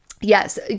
yes